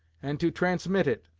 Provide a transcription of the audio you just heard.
and to transmit it,